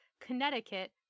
Connecticut